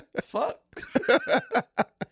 Fuck